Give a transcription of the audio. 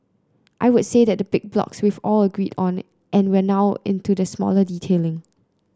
I would say that the big blocks we've all agreed on and we're now into the smaller detailing